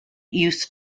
use